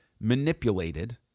manipulated